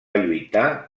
lluitar